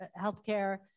healthcare